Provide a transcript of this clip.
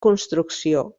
construcció